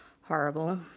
horrible